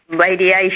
radiation